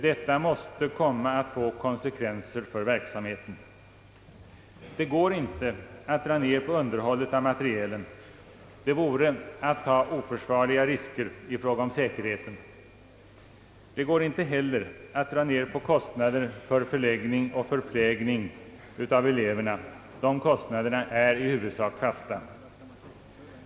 Detta måste få konsekvenser för verksamheten. Det går inte att dra ner underhållet av materielen — det vore att ta oförsvarliga risker i fråga om säkerheten. Det går inte heller att dra in på kostnaderna för förläggning och förplägnad av eleverna, ty dessa kostnader är i huvudsak fasta.